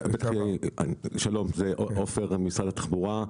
שלום, אני עופר ממשרד התחבורה.